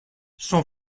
son